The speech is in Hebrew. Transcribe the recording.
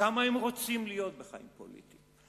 כמה הם רוצים להיות בחיים הפוליטיים.